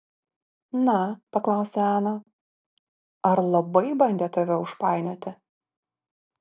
na paklausė ana ar labai bandė tave užpainioti